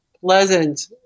pleasant